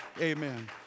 Amen